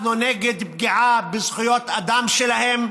אנחנו נגד פגיעה בזכויות האדם שלהם.